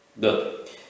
Good